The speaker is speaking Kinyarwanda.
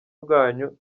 bwanyu